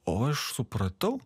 o aš supratau